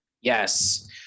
Yes